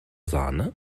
sahne